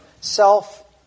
self